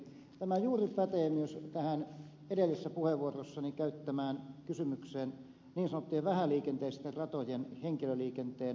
tämä juuri pätee myös tähän edellisessä puheenvuorossani käyttämään kysymykseen niin sanottujen vähäliikenteisten ratojen henkilöliikenteen ostomäärärahoista